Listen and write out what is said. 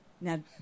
Now